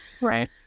right